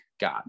God